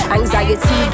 Anxiety